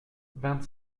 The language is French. vingt